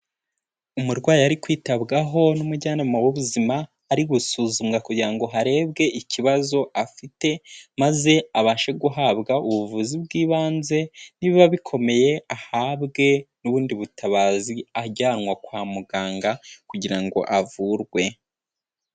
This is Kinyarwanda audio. Umurwayi ari kwitabwaho n'umujyanama w'ubuzima ari gusuzumwa kugira ngo harebwe ikibazo afite maze abashe guhabwa ubuvuzi bw'ibanze nibaba bikomeye ahabwe n'ubundi butabazi ajyanwe kwa muganga kugira ngo avurwe.